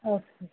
okay